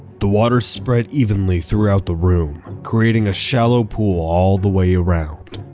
the water spread evenly throughout the room, creating a shallow pool all the way around.